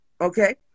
Okay